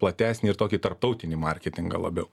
platesnį ir tokį tarptautinį marketingą labiau